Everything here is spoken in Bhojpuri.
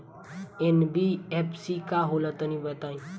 एन.बी.एफ.सी का होला तनि बताई?